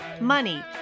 money